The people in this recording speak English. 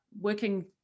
working